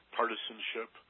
partisanship